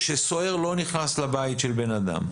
שסוהר לא נכנס לבית של בן אדם.